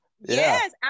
yes